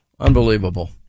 Unbelievable